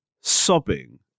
sobbing